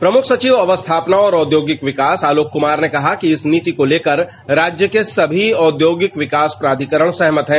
प्रमुख सचिव अवस्थापना और औद्योगिक विकास आलोक कुमार ने कहा कि इस नीति को लेकर राज्य के सभी औद्योगिक विकास प्राधिकरण सहमत है